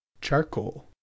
charcoal